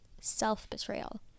self-betrayal